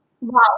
Wow